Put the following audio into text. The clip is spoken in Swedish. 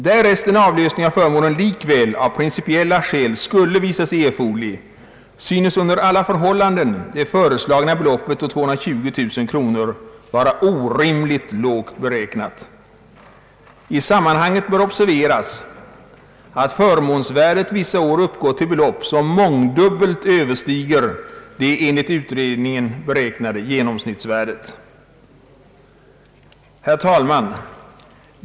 Därest en avlösning av förmånen likväl av principiella skäl skulle visa sig erforderlig, synes under alla förhållanden det föreslagna beloppet å 220 000 kronor vara orimligt lågt beräknat. I sammanhanget bör observeras att förmånsvärdet under vissa år uppgått till belopp, som mångdubbelt överstiger det enligt utredningen beräknade genomsnittsvärdet av 12 754 kronor.» Herr talman!